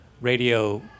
radio